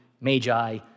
Magi